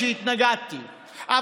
שהתנגדתי לו,